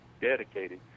dedicated